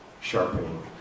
sharpening